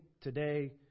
today